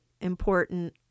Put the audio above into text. important